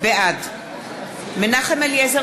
בעד מנחם אליעזר